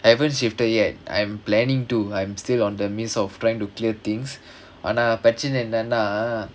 I haven't shifted yet I'm planning to I'm still on the means of trying to clear things ஆனா பேச்சுனா என்னான்னா:aanaa pechunaa ennaannaa